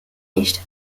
nicht